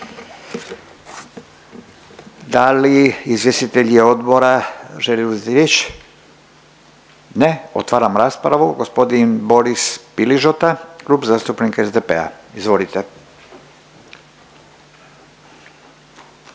Da li izvjestitelj odbora želi uzet riječ? Ne, otvaram raspravu, gospodin Boris Piližota Klub zastupnika SDP-a. Izvolite.